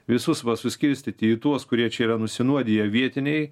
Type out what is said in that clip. visus va suskirstyti į tuos kurie čia yra nusinuodiję vietiniai